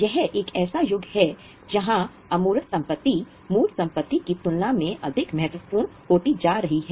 यह एक ऐसा युग है जहां अमूर्त संपत्ति मूर्त संपत्ति की तुलना में अधिक महत्वपूर्ण होती जा रही है